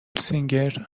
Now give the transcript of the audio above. سینگر